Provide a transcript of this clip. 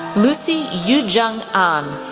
lucy yoo jung an,